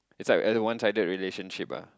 it's like at a one sided relationship ah